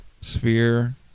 Sphere